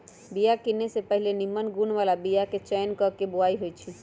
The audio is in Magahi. बिया किने से पहिले निम्मन गुण बला बीयाके चयन क के बोआइ होइ छइ